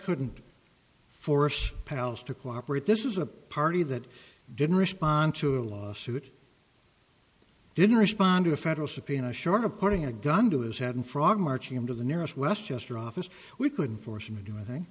couldn't force pals to cooperate this is a party that didn't respond to a lawsuit didn't respond to a federal subpoena short of putting a gun to his head and frogmarch him to the nearest westchester office we couldn't force him to do anything